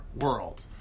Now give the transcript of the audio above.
world